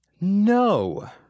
No